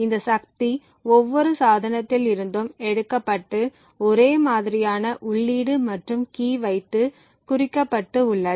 இந்த சக்தி ஒவ்வொரு சாதனத்தில் இருந்தும் எடுக்கப்பட்டு ஒரே மாதிரியான உள்ளீடு மற்றும் கீ வைத்து குறிக்கப்பட்டு உள்ளது